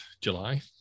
july